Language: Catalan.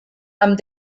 amb